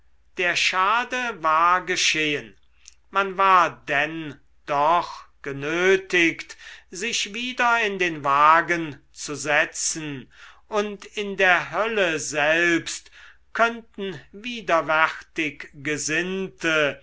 der schade war geschehen man war denn doch genötigt sich wieder in den wagen zu setzen und in der hölle selbst könnten widerwärtig gesinnte